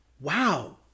wow